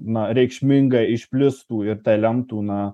na reikšmingai išplistų ir tai lemtų na